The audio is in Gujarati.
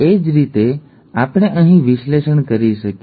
એ જ રીતે આપણે અહીં વિશ્લેષણ કરી શકીએ